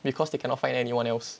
because they cannot find anyone else